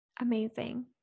Amazing